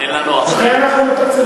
לכן אנחנו מתקצבים.